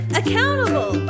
accountable